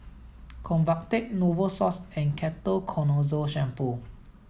Convatec Novosource and Ketoconazole shampoo